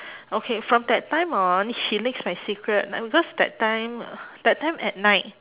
okay from that time on she leaks my secret ah because that time that time at night